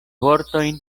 vortojn